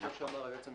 כמו שאמר היועץ המשפטי.